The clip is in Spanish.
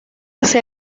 hacia